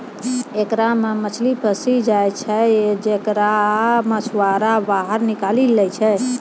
एकरा मे मछली फसी जाय छै जेकरा मछुआरा बाहर निकालि लै छै